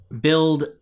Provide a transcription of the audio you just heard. build